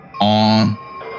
on